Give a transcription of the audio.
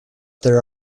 there